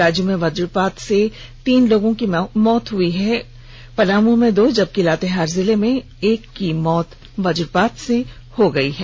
राज्य में वजपात से तीन लोगों की मौत हो गई है पलामू में दो जबकि लातेहार जिले में एक की मौत वजपात से हो गई है